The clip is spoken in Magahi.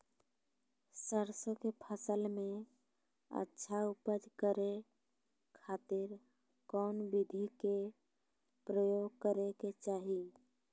सरसों के फसल में अच्छा उपज करे खातिर कौन विधि के प्रयोग करे के चाही?